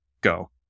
go